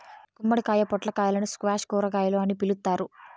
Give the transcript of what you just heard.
గుమ్మడికాయ, పొట్లకాయలను స్క్వాష్ కూరగాయలు అని పిలుత్తారు